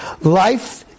Life